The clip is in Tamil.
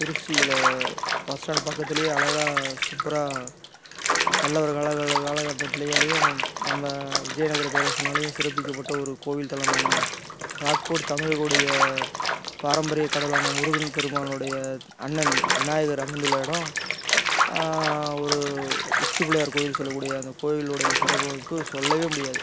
திருச்சியில் பஸ் ஸ்டாண்ட் பக்கத்துலேயே அழகாக சூப்பராக பல்லவர் காலகட்டத்துலேயே நம்ம விஜயநகர பேரரசுனாலேயும் சிறப்பிக்கப்பட்ட ஒரு கோவில் தளமான ராக்போர்ட் தமிழர்களுடைய பாரம்பரிய கடவுளான முருகன் பெருமானுடைய அண்ணன் விநாயகர் அமைந்துள்ள இடம் ஒரு உச்சி பிள்ளையார் கோவில்னு சொல்ல கூடிய அந்த கோவிலுடைய சிறப்பமைப்பு சொல்ல முடியாது